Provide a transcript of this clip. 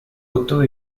auto